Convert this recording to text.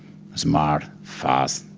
smart, fast,